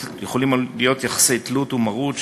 יחסי תלות ומרות,